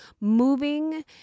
Moving